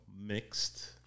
mixed